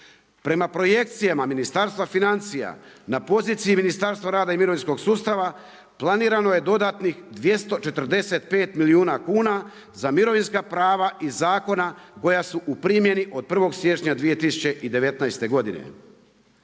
Prema projekcijama Ministarstva financija, na poziciji Ministarstva rada i mirovinskog sustava planirano je dodatnih 245 milijuna kuna za mirovinska prava i zakona koja su u primjeni od 1. siječnja 2019. godine.